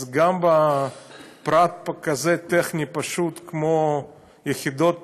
אז גם בפרט טכני כזה, פשוט, כמו יחידת פיקוח,